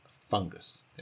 fungus